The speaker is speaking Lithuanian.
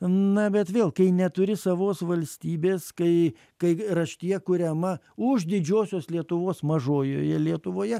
na bet vėl kai neturi savos valstybės kai kai raštija kuriama už didžiosios lietuvos mažojoje lietuvoje